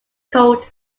cold